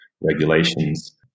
regulations